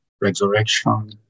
Resurrection